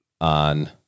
on